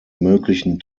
möglichen